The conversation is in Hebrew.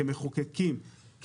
כמחוקקים,